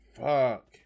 Fuck